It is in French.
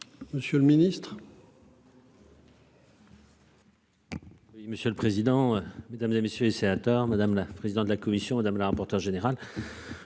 Monsieur le Ministre.